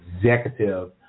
executive